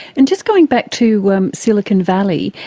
and just going back to silicon valley,